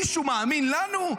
מישהו מאמין לנו?